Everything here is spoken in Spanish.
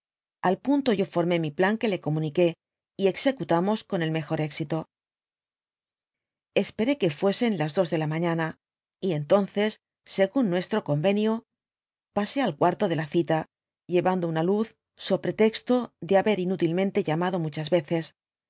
al punto yo formé mi plan que le comuniqué y executamos con el mejor exíto esperé que fuesen las dos de la mañana y entonces según nuestro convenio pasé al cuarto de la cita llevando una luz so pretexto de haber inútilmente llamado muchas veces